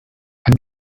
and